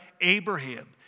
Abraham